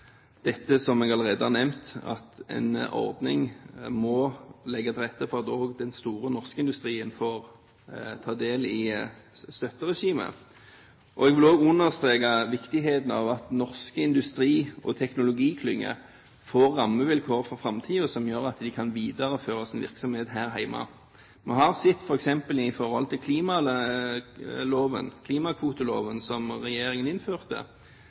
dette som jeg allerede har nevnt, at en ordning må legge til rette for at også den store norske industrien får ta del i støtteregimet. Jeg vil også understreke viktigheten av at norske industri- og teknologiklynger for framtiden får rammevilkår som gjør at de kan videreføre sin virksomhet her hjemme. Vi har sett f.eks. i forhold til klimakvoteloven, som regjeringen innførte,